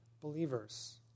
believers